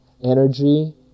energy